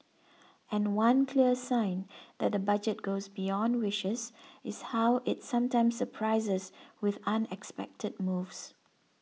and one clear sign that the budget goes beyond wishes is how it sometimes surprises with unexpected moves